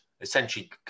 essentially